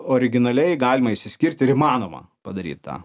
originaliai galima išsiskirt ir įmanoma padaryt tą